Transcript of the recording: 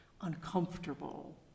uncomfortable